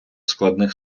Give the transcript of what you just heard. складних